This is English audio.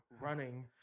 running